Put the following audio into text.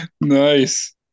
nice